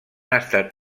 estat